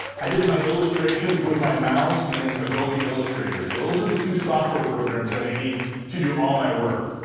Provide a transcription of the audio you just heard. i did my illustrations with my mouse in adobe illustrator, so those are the two software programs that i need to do all my work,